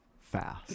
fast